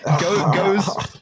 goes